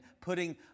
putting